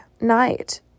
night